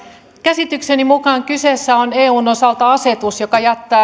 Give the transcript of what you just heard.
käsitykseni mukaan kyseessä on eun osalta asetus joka jättää